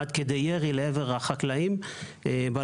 עד כדי ירי לעבר החקלאים בלילות.